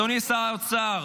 אדוני שר האוצר,